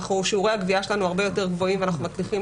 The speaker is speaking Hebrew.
שיעורי הגבייה שלנו הרבה יותר גבוהים ואנחנו מצליחים